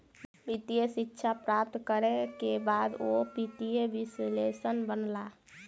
वित्तीय शिक्षा प्राप्त करै के बाद ओ वित्तीय विश्लेषक बनला